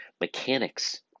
mechanics